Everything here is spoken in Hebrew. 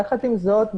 יחד עם זאת,